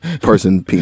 person